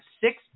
six